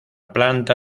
planta